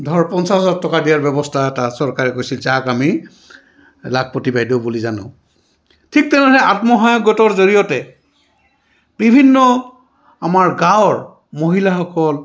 ধৰক পঞ্চাছ হাজাৰ টকা দিয়াৰ ব্যৱস্থা এটা চৰকাৰে কৈছিল যাক আমি লাখপতি বাইদেউ বুলি জানো ঠিক তেনেদৰে আত্মসহায়গোটৰ জৰিয়তে বিভিন্ন আমাৰ গাঁৱৰ মহিলাসকল